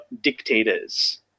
dictators